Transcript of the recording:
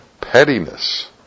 Pettiness